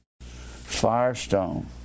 Firestone